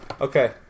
Okay